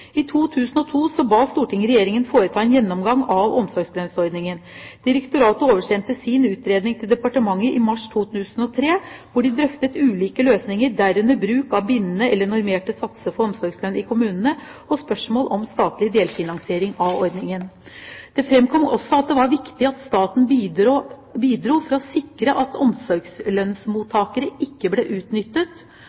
I 2002 ba Stortinget regjeringen foreta en gjennomgang av omsorgslønnsordningen. Direktoratet oversendte sin utredning til departementet i mars 2003, hvor de drøftet ulike løsninger, derunder bruk av bindende eller normerte satser for omsorgslønn i kommunene og spørsmål om statlig delfinansiering av ordningen. Det fremkom også at det var viktig at staten bidro for å sikre at